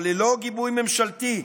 אבל ללא גיבוי ממשלתי,